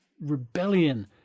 rebellion